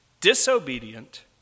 disobedient